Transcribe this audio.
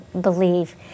believe